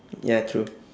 ya true